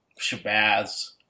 Shabazz